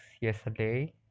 yesterday